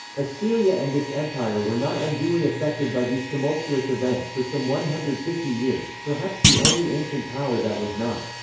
assyria and its empire were not unduly affected by these tumultuous events for some one hundred and fifty years, perhaps the only ancient power that was not.